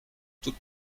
toute